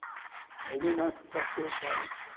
maybe my professor was right.